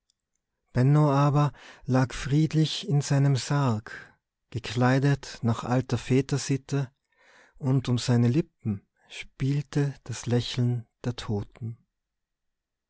aber lag friedlich in seinem sarg gekleidet nach alter vätersitte und um seine lippen spielte das lächeln der toten